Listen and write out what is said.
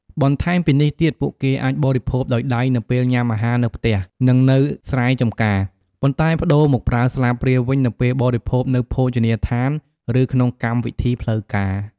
បន្ថែមពីនេះទៀត ពួកគេអាចបរិភោគដោយដៃនៅពេលញ៉ាំអាហារនៅផ្ទះ និងនៅស្រែចម្ការ ប៉ុន្តែប្តូរមកប្រើស្លាបព្រាវិញនៅពេលបរិភោគនៅភោជនីយដ្ឋាន ឬក្នុងកម្មវិធីផ្លូវការ។